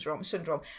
syndrome